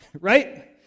right